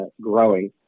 growing